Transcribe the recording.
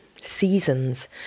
Seasons